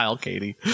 Katie